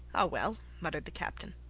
ah, well, muttered the captain.